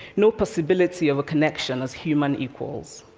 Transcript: no possibility of a connection as human equals.